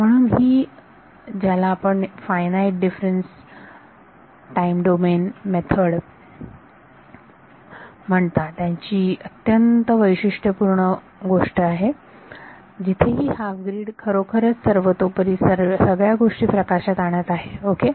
म्हणून ही ज्याला आपण फायनाईट डिफरन्स डोमेन मेथड म्हणता त्याची अत्यंत अत्यंत वैशिष्ट्यपूर्ण गोष्ट आहे जिथे ही हाफ ग्रीड खरोखरच सर्वतोपरी सगळ्या गोष्टी प्रकाशात आणत आहे ओके